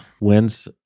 wins